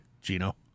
Gino